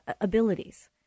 abilities